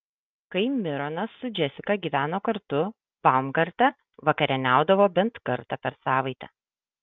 kai mironas su džesika gyveno kartu baumgarte vakarieniaudavo bent kartą per savaitę